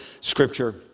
scripture